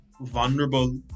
vulnerable